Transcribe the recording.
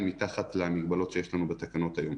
מתחת למגבלות שיש לנו בתקנות היום.